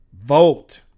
Vote